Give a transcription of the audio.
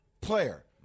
player